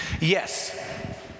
Yes